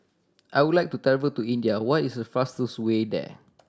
I would like to travel to India what is the fastest way there